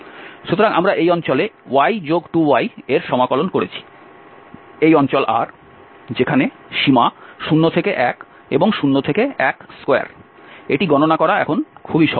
সুতরাং আমরা এই অঞ্চলে y 2y এর সমাকলন করেছি এই অঞ্চল R যেখানে সীমা 0 থেকে 1 এবং 0 থেকে 12 এটি গণনা করা এখন খুব সহজ